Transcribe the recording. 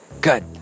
Good